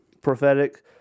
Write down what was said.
prophetic